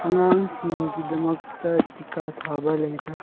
ꯑꯉꯥꯡꯁꯤꯡꯒꯤꯗꯃꯛꯇ ꯇꯤꯀꯥ ꯊꯥꯕ ꯂꯩꯕ꯭ꯔꯥ